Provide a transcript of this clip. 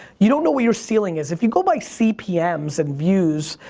you don't know where your ceiling is. if you go by cpm's and views